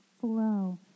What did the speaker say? flow